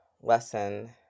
lesson